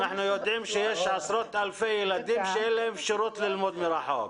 אנחנו יודעים שיש עשרות אלפי ילדים שאין להם אפשרות ללמוד מרחוק.